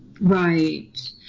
right